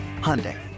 Hyundai